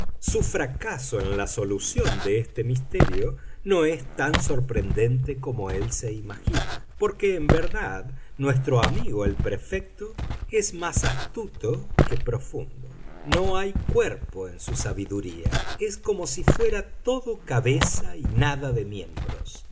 su fracaso en la solución de este misterio no es tan sorprendente como él se imagina porque en verdad nuestro amigo el prefecto es más astuto que profundo no hay cuerpo en su sabiduría es como si fuera todo cabeza y nada de miembros